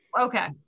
Okay